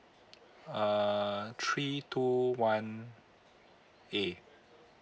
uh three two one A